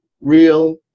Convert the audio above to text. real